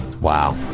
Wow